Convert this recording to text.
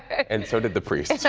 and so did the priest.